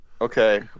okay